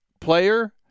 player